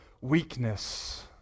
weakness